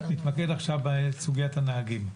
נתמקד עכשיו בסוגיית הנהגים.